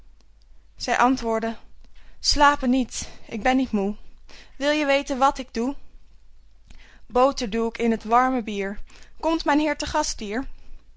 zij antwoordde slapen niet ik ben niet moe wil je weten wat ik doe boter doe k in t warme bier komt mijnheer te gast hier